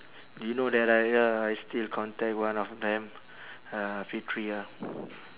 do you know that I uh I still contact one of them uh fitri ya